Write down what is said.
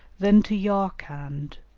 then to yarkand,